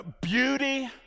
Beauty